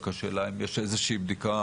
רק השאלה אם יש איזה שהיא בדיקה,